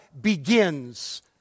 begins